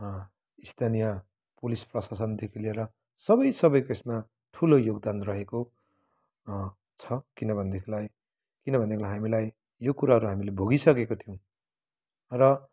स्थानीय पुलिस प्रशासनदेखि लिएर सबै सबैको यसमा ठुलो योगदान रहेको छ किन भनेदेखिलाई किन भनेदेखिलाई हामीलाई यो कुराहरू हामीले भोगिसकेको थियौँ र